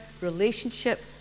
relationship